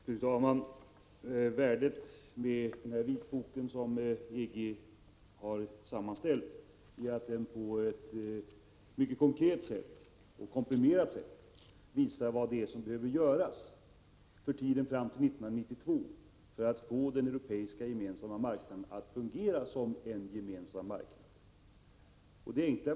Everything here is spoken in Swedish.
Fru talman! Värdet med den vitbok som EG har sammanställt är att den på ett mycket konkret och komprimerat sätt visar vad som behöver göras för tiden fram till 1992 för att få den europeiska gemensamma marknaden att fungera som en gemensam marknad.